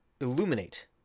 illuminate